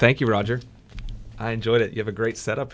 thank you roger i enjoyed it you have a great set up